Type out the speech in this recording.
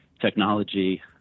technology